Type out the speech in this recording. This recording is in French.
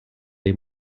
les